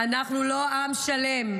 אנחנו לא עם שלם,